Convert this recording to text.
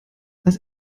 als